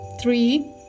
Three